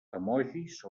emojis